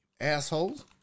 assholes